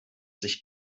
sich